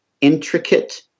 intricate